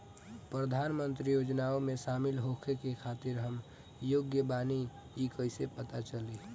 प्रधान मंत्री योजनओं में शामिल होखे के खातिर हम योग्य बानी ई कईसे पता चली?